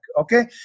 okay